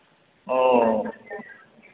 ओ